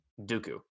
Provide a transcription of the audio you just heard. Dooku